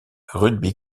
rugby